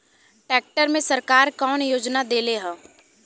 Tractor मे सरकार कवन योजना देले हैं?